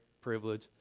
privilege